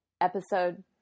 episode